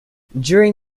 during